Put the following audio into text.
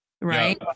right